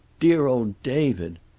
dear old david!